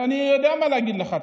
אני יודע מה להגיד לך.